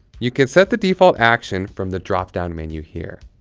you can set the default action from the drop-down menu here.